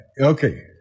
Okay